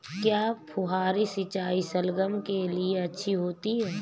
क्या फुहारी सिंचाई शलगम के लिए अच्छी होती है?